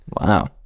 Wow